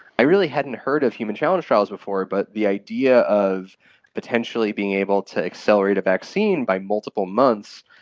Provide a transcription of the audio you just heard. i really hadn't heard of human challenge trials before but the idea of potentially being able to accelerate a vaccine by multiple months,